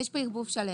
יש כאן ערבוב שלם.